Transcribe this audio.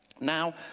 Now